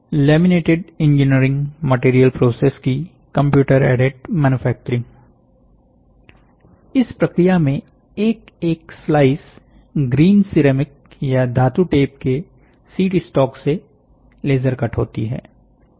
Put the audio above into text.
laminated engineering material process की computer aided manufacturing इस प्रक्रिया में एक एक स्लाइस ग्रीन सिरेमिक या धातु टेप के शीट स्टॉक से लेजर कट होती हैं